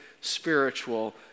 spiritual